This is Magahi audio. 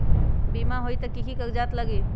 बिमा होई त कि की कागज़ात लगी?